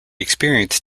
experience